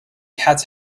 cats